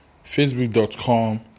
facebook.com